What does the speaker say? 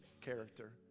character